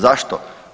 Zašto?